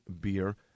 beer